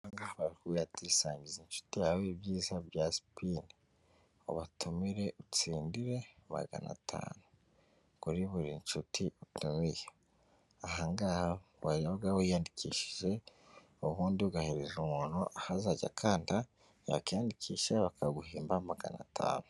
Aha ngaha barakubwira bati sangiza inshuti yawe ibyiza bya Sipini. Ubatumire utsindire magana atanu. Kuri buri nshuti utumiye. Aha ngaha uhajya ubwawe wiyandikishije, ubundi ugahereza umuntu aho azajya akanda, yakwiyandikisha bakaguhemba magana atanu.